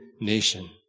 nation